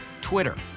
Twitter